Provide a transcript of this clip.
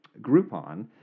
Groupon